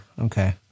okay